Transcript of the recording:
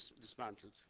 dismantled